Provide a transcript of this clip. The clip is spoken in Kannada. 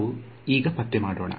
ನಾವು ಈಗ ಪತ್ತೆ ಮಾಡೋಣ